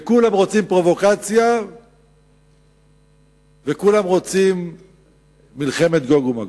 כולם רוצים פרובוקציה וכולם רוצים מלחמת גוג ומגוג.